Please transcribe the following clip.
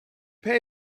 pay